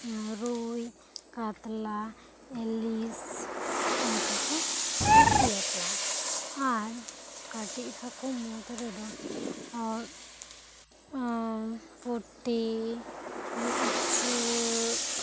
ᱨᱩᱭ ᱠᱟᱛᱞᱟ ᱤᱞᱤᱥ ᱩᱱᱠᱩ ᱠᱚ ᱠᱩᱥᱤ ᱟᱠᱚᱣᱟ ᱟᱨ ᱠᱟᱹᱴᱤᱡ ᱦᱟᱹᱠᱩ ᱢᱩᱫᱽ ᱨᱮ ᱫᱚ ᱯᱩᱴᱷᱤ ᱤᱪᱟᱹᱜ